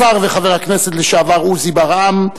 השר וחבר הכנסת לשעבר עוזי ברעם,